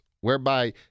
whereby